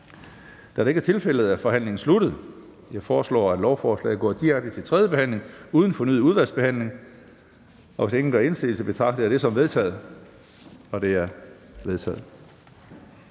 nr. 1-3, tiltrådt af udvalget? De er vedtaget. Jeg foreslår, at lovforslaget går direkte til tredje behandling uden fornyet udvalgsbehandling. Hvis ingen gør indsigelse, betragter jeg det som vedtaget. Det er vedtaget.